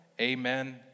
amen